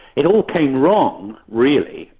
it all came wrong really,